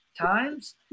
times